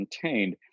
contained